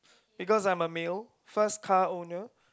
because I am a male first car owner